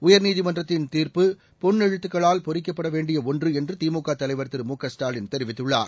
உயா்நீதிமன்றத்தின் தீர்ப்பு பொன்னெழுத்துக்களால் பொறிக்கப்பட வேண்டிய ஒன்று என்று திமுக தலைவர் திரு மு க ஸ்டாலின் தெரிவித்துள்ளார்